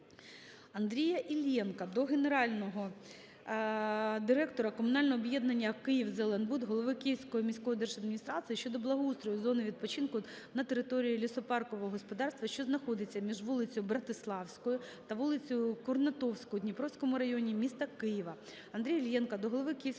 Андрія Іллєнка до генерального директора комунального об'єднання "Київзеленбуд", голови Київської міської держадміністрації щодо благоустрою зони відпочинку на території лісопаркового господарства, що знаходиться між вулицею Братиславською та вулицею Курнатовського у Дніпровському районі міста Києва.